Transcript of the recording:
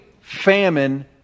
famine